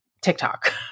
TikTok